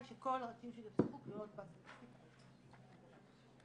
אבל בוודאי שכל הנשים שנרצחו כלולות בסטטיסטיקה הזו.